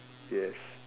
yes